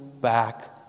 back